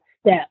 step